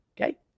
Okay